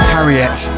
Harriet